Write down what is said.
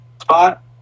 spot